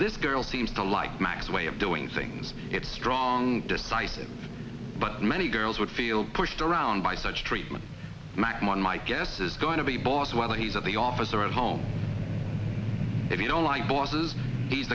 this girl seems to like max way of doing things it's strong decisive but many girls would feel pushed around by such treatment my money my guess is going to be boss while he's at the office or at home they don't like bosses he's